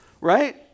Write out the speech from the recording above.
right